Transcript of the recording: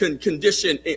condition